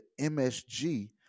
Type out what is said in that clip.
msg